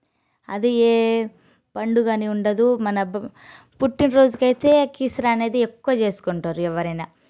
అది ఏ పండుగనే ఉండదు మన పు పుట్టినరోజుకు అయితే కీసర అనేది ఎక్కువ చేసుకుంటారు ఎవరైనా